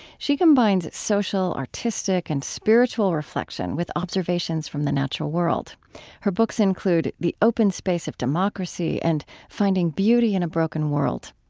she combines social, artistic, and spiritual reflection with observations from the natural world her books include the open space of democracy and finding beauty in a broken world.